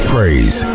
Praise